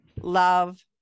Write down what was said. love